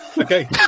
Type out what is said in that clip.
Okay